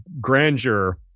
grandeur